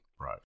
Right